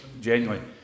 genuinely